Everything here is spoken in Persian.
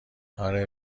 اره